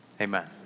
amen